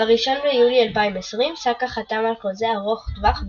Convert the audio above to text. ב-1 ביולי 2020 סאקה חתם על חוזה ארוך טווח בארסנל,